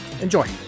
Enjoy